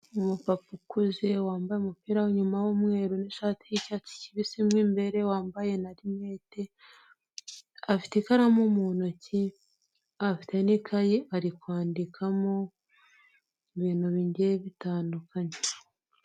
Umupapa ukuze wambaye umupira w'inyuma w'umweru n'ishati y'icyatsi kibisi mo imbere, wambaye na linete, afite ikaramu mu ntoki, afite n'ikayi ari kwandikamo ibintu bigiye bitandukanye.